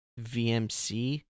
VMC